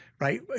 right